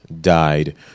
died